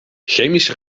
chemische